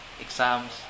exams